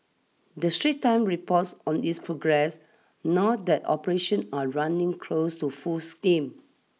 the Straits Times report on its progress now that operations are running close to full steam